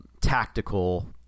tactical